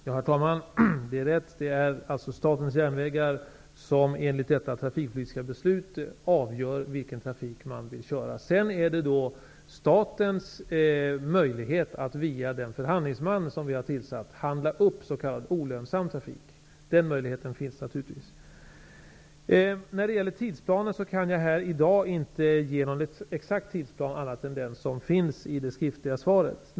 Herr talman! Ja, det är rätt. Det är Statens järnvägar som enligt det trafikpolitiska beslutet avgör vilken trafik man vill köra. Sedan har staten möjlighet via den förhandlingsman som regeringen tillsatt handla upp s.k. olönsam trafik. Den möjligheten finns naturligtvis. Jag kan inte här i dag ge någon mer exakt tidsplan än den som finns i det skriftliga svaret.